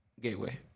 gateway